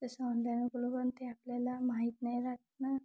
जसं ऑनलाईन बोलू पण ते आपल्याला माहीत नाही राहत ना